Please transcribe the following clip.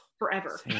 forever